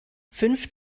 fünf